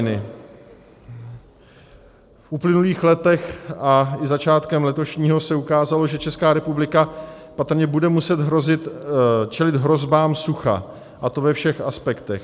V uplynulých letech a i začátkem letošního se ukázalo, že Česká republika patrně bude muset čelit hrozbám sucha, a to ve všech aspektech.